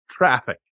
Traffic